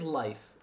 life